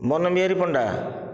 Van Bihari Panda